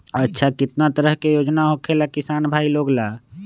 अच्छा कितना तरह के योजना होखेला किसान भाई लोग ला?